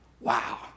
Wow